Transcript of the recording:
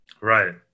Right